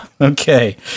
okay